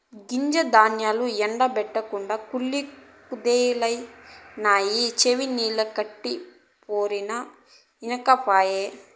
గింజ ధాన్యాల్ల ఎండ బెట్టకుంటే కుళ్ళి కుదేలైతవని చెవినిల్లు కట్టిపోరినా ఇనకపాయె